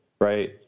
right